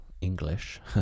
English